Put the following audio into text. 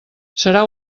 serà